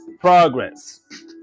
Progress